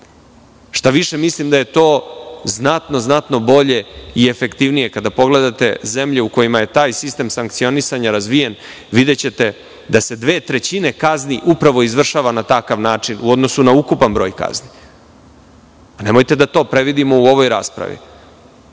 Šta više, mislim da je to znatno bolje i efektivnije. Kada pogledate zemlje u kojima je taj sistem sankcionisanja razvijen, videćete da se dve trećine kazni upravo izvršava na takav način, u odnosu na ukupan broj kazni. Nemojte da to previdimo u ovoj raspravi. Dakle,